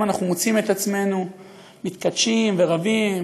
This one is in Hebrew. אנחנו מוצאים את עצמנו מתכתשים ורבים